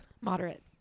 Moderate